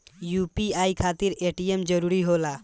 UPI खातिर ATM जरूरी होला?